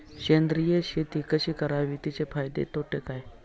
सेंद्रिय शेती कशी करावी? तिचे फायदे तोटे काय?